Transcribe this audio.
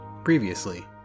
Previously